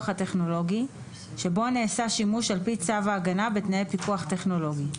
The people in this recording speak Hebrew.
הטכנולוגי שבו נעשה שימוש על פי צו ההגנה בתנאי פיקוח טכנולוגי,